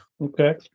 Okay